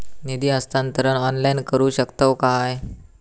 निधी हस्तांतरण ऑनलाइन करू शकतव काय?